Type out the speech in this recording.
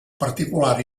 particular